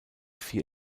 vier